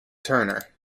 turner